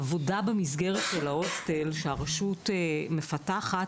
העבודה במסגרת של ההוסטל שהרשות מפתחת